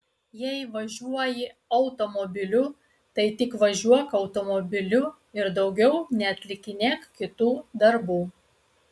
jei važiuoji automobiliu tai tik važiuok automobiliu ir daugiau neatlikinėk kitų darbų